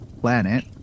Planet